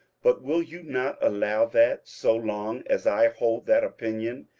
but will you not allow that, so long as i hold that opinion,